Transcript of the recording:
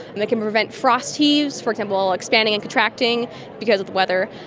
and it can prevent frost heaves, for example expanding and contracting because of the weather.